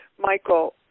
Michael